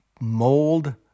mold